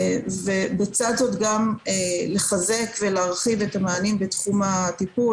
בצד זה לחזק ולהרחיב את המענים בתחום הטיפול,